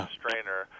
strainer